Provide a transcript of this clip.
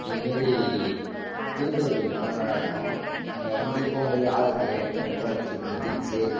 இது மாரி திருப்பதி கோவிலுக்கு போனால் நல்லாயிருக்கும் அங்கே வந்து போகும் போது ஆதார் கார்டு அதே போல் எடுத்துகிட்டு போகணும் திங்க்ஸ்ஸு